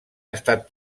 estat